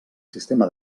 sistema